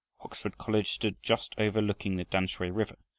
oxford college stood just overlooking the tamsui river,